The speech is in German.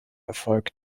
erfolg